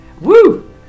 Woo